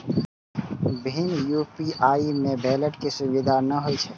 भीम UPI मे wallet के सुविधा नै होइ छै